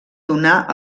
donar